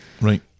Right